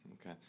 Okay